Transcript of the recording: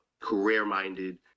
career-minded